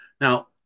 Now